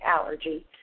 allergy